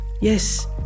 Yes